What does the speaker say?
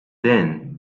then